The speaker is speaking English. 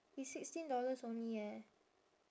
it's sixteen dollars only eh